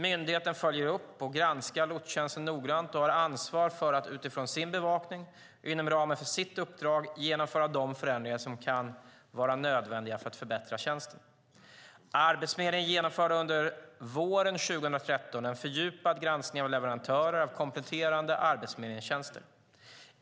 Myndigheten följer upp och granskar lotstjänsten noggrant och har ansvar för att utifrån sin bevakning och inom ramen för sitt uppdrag genomföra de förändringar som kan vara nödvändiga för att förbättra tjänsten. Arbetsförmedlingen genomförde under våren 2013 en fördjupad granskning av leverantörer av kompletterande arbetsförmedlingstjänster.